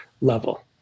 Level